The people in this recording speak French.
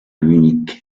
munich